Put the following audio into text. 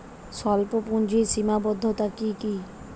স্বল্পপুঁজির সীমাবদ্ধতা কী কী?